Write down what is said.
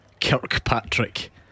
Kirkpatrick